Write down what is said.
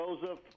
Joseph